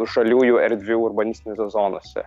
žaliųjų erdvių urbanistinėse zonose